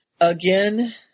again